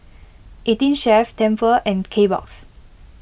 eighteen Chef Tempur and Kbox